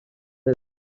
amb